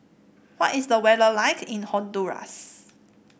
what is the weather like in Honduras